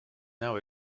now